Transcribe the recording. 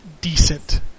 decent